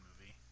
movie